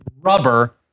rubber